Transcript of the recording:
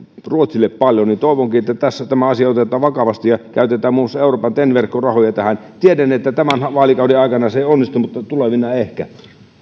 ruotsille paljon ja toivonkin että tässä tämä asia otetaan vakavasti ja käytetään muun muassa euroopan ten verkkorahoja tähän tiedän että tämän vaalikauden aikana se ei onnistu mutta tulevina ehkä